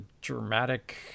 dramatic